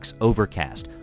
Overcast